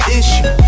issue